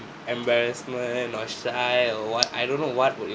embarrassment or shy or what I don't know what would it